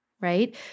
right